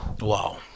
Wow